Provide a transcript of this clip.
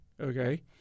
okay